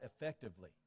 effectively